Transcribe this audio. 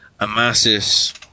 Amasis